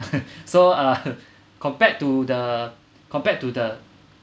so uh compared to the compared to the